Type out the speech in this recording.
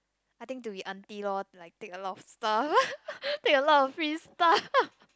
I think to be auntie lor like take a lot of stuff take a lot of free stuff